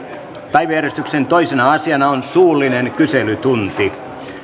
päiväjärjestyksen toisena asiana on suullinen kyselytunti